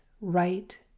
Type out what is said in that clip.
right